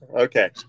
Okay